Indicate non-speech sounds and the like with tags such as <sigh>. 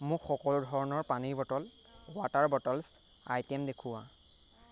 মোক সকলো ধৰণৰ পানীৰ বটল <unintelligible> ৱাটাৰ বটলছ আইটেম দেখুওৱা <unintelligible>